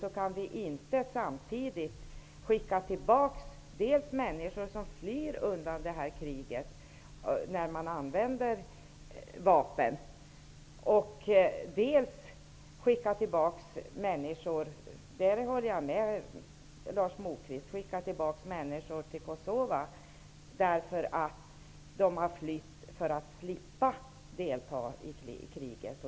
Vi kan naturligtvis inte dels skicka tillbaka människor som flyr undan detta krig -- där man använder vapen -- dels skicka tillbaka människor till Kosova -- på den punkten håller jag med Lars Moquist -- när de har flytt därifrån för att slippa delta i kriget.